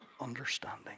understanding